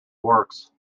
works